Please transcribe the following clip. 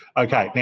okay,